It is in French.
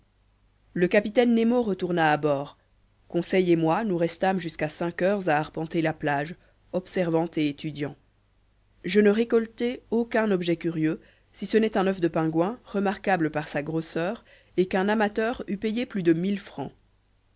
le capitaine nemo retourna à bord conseil et moi nous restâmes jusqu'à cinq heures à arpenter la plage observant et étudiant je ne récoltai aucun objet curieux si ce n'est un oeuf de pingouin remarquable par sa grosseur et qu'un amateur eût payé plus de mille francs